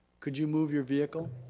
could you move your vehicle?